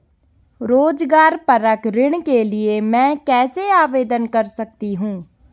रोज़गार परक ऋण के लिए मैं कैसे आवेदन कर सकतीं हूँ?